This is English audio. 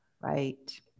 Right